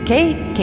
Kate